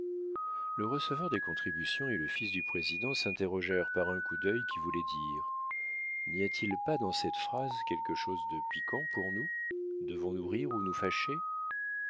le receveur des contributions et le fils du président s'interrogèrent par un coup d'œil qui voulait dire n'y a-t-il pas dans cette phrase quelque chose de piquant pour nous devons-nous rire ou nous fâcher